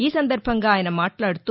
ఈ సందర్భంగా ఆయస మాట్లాడుతూ